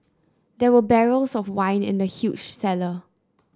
there were barrels of wine in the huge cellar